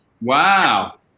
Wow